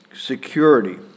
security